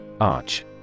Arch